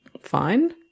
fine